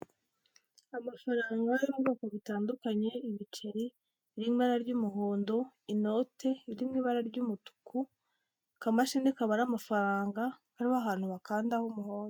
Amafaranga y'ubwoko butandukanye, ibiceri biri mu ibara ry'umuhondo, inote iri mu ibara ry'umutuku, akamashini kabara amafaranga, kariho ahantu bakanda h'umuhondo.